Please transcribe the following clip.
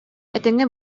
этэҥҥэ